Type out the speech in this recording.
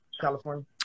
California